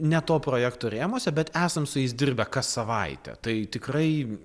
ne to projekto rėmuose bet esam su jais dirbę kas savaitę tai tikrai